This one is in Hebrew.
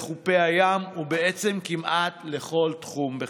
לחופי הים ובעצם כמעט לכל תחום בחיינו.